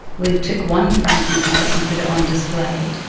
we took one fragment out and put it on display,